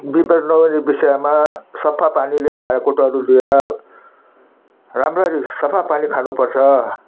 विपद नगरी विषयमा सफा पानीले भाँडाकुँडाहरू धोएर राम्ररी सफा पानी खानुपर्छ